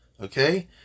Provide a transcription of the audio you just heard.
okay